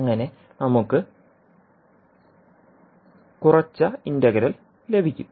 അങ്ങനെ നമുക്ക് കുറച്ച ഇന്റഗ്രൽ ലഭിക്കും